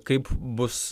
kaip bus